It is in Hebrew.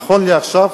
נכון לעכשיו,